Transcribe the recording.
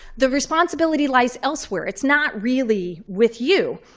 the responsibility lies elsewhere. it's not really with you.